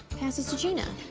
passes to gina.